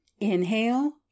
Inhale